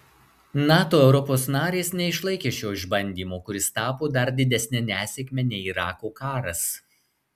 nato europos narės neišlaikė šio išbandymo kuris tapo dar didesne nesėkme nei irako karas